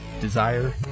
desire